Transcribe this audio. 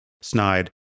snide